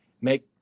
make